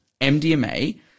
MDMA